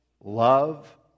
love